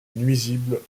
nuisibles